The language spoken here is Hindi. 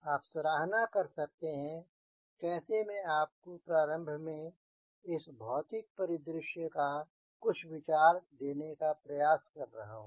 आप सराहना कर सकते हैं कि कैसे मैं आपको प्रारंभ में इस भौतिक परिदृश्य का कुछ विचार देने का प्रयास कर रहा हूँ